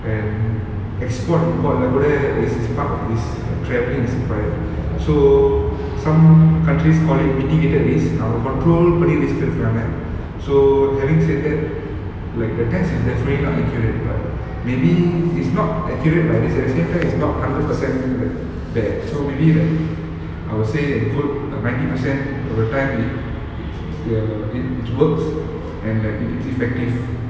and export import level leh is is part of this travelling in required so some countries call it mitigated risk அவங்க:avanga control பண்ணி risk எடுக்குறாங்க:panni risk edukuraanga so having said that like the test is definitely not accurate but maybe it's not accurate but is at the same time it's not hundred percent like bad so maybe like I would say a good ninety percent over time it it t~ t~ err it works and like it it's effective